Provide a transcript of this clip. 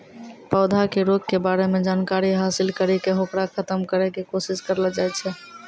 पौधा के रोग के बारे मॅ जानकारी हासिल करी क होकरा खत्म करै के कोशिश करलो जाय छै